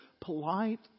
polite